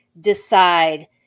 decide